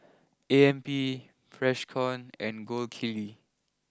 A M P Freshkon and Gold Kili